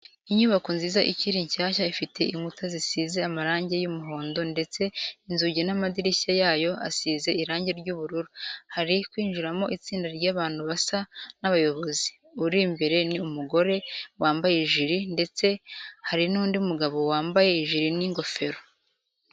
Inyubako nziza ikiri nshyashya ifite inkuta zisize amarange y'umuhondo ndetse inzugi n'amadirishya yayo asize irange ry'ubururu. Hari kwinjiramo itsinda ry'abantu basa n'abayobozi, uri imbere ni umugore wamabye ijiri ndetse hari n'undi mugabo wambaye ijiri n'ingofero.